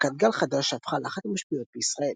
להקת גל חדש שהפכה לאחת המשפיעות בישראל.